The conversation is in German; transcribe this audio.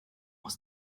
muss